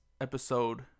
episode